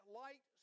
light